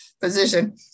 position